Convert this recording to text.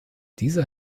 diese